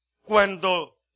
cuando